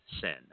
sin